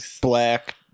black